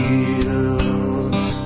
Fields